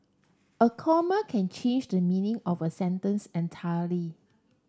a comma can change the meaning of a sentence entirely